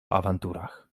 awanturach